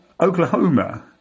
Oklahoma